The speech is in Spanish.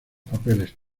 papeles